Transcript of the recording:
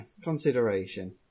consideration